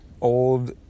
old